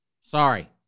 Sorry